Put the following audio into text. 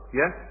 yes